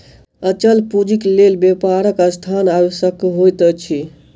अचल पूंजीक लेल व्यापारक स्थान आवश्यक होइत अछि